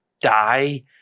die